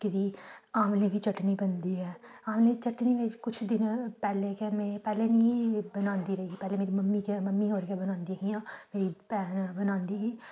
कीह्दी आमले दी चटनी बनदी ऐ आमले दी चटनी कुछ दिन पैह्लें गै में पैह्लें निं बनांदी रेही पैह्लें मेरी मम्मी गै मम्मी होर गै बनांदियां हियां मेरी भैन बनांदी ही